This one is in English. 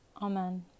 Amen